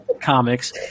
comics